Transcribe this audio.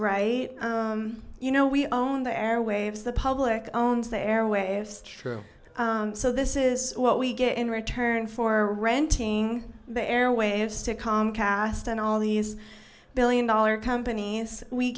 right you know we own the airwaves the public phones the airwaves true so this is what we get in return for renting the airwaves to comcast and all these billion dollar companies we